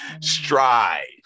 strive